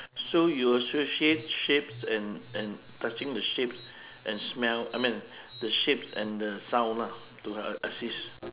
so you associate shapes and and touching the shapes and smell I mean the shapes and the sound lah to assist